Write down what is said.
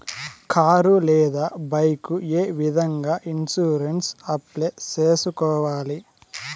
car లేదా bike ఏ విధంగా ఇన్సూరెన్సు అప్లై సేసుకోవాలి